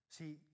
See